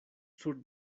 sur